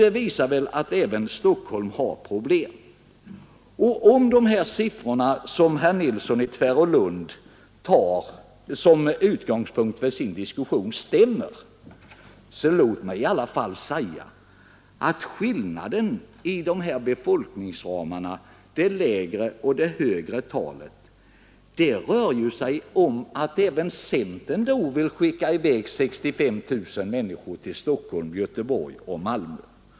Det visar väl att även Stockholm har problem. Om de siffror som herr Nilsson i Tvärålund tar som utgångspunkt för sitt resonemang stämmer, så låt mig i alla fall säga att skillnaden mellan det högre och det lägre talet i befolkningsramarna innebär att även centern vill skicka iväg 65 000 människor till Stockholm, Göteborg och Malmö.